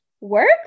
work